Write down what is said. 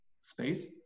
space